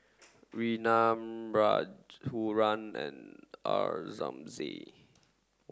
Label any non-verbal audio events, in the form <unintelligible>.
<noise> Neelam Rag huram and <unintelligible>